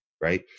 right